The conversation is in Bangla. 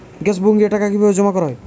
গ্যাস বুকিংয়ের টাকা কিভাবে জমা করা হয়?